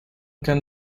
can